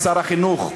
לשר החינוך,